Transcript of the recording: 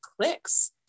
clicks